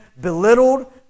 belittled